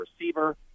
receiver